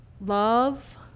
Love